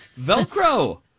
Velcro